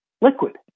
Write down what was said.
liquid